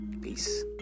peace